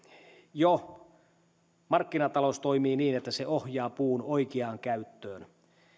jo markkinatalous toimii niin että se ohjaa puun oikeaan käyttöön